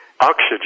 oxygen